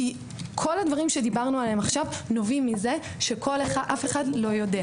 כי כל הדברים שדיברנו עליהם עכשיו נובעים מכך שאף אחד לא יודע.